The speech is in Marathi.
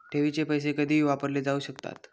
ठेवीचे पैसे कधीही वापरले जाऊ शकतात